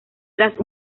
tras